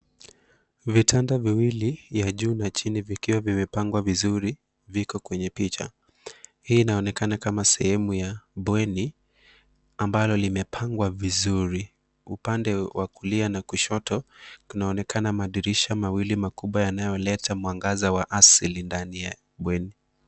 Vitanda viwili ya juu na chini vikiwa vimepangwa vizuri viko kwenye picha. Hii inaonekana kama iko sehemu ya bweni ambalo limepangwa vizuri upande wa kulia na kushoto kunaonekana madirisha mawili makubwa yanayoleta mwangaza wa asili ndani ya bweni.